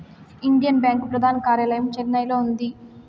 Indian bank ప్రధాన కార్యాలయం చెన్నైలో ఉంది